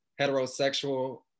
heterosexual